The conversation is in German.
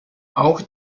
auch